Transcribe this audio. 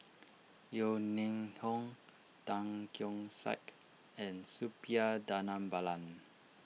Yeo Ning Hong Tan Keong Saik and Suppiah Dhanabalan